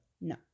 No